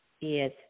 yes